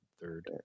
third